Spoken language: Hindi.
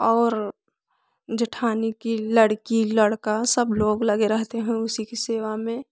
और जेठानी की लड़की लड़का सब लोग लगे रहते हैं उसी की सेवा में